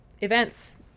events